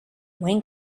when